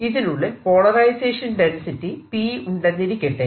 ഇതിനുള്ളിൽ polarisation density P ഉണ്ടെന്നിരിക്കട്ടെ